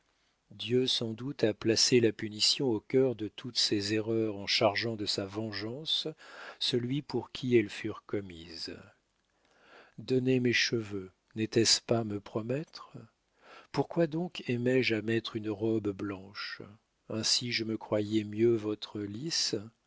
dieu sans doute a placé la punition au cœur de toutes ces erreurs en chargeant de sa vengeance celui pour qui elles furent commises donner mes cheveux n'était-ce pas me promettre pourquoi donc aimai je à mettre une robe blanche ainsi je me croyais mieux votre lys